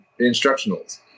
instructionals